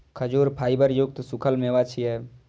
खजूर फाइबर युक्त सूखल मेवा छियै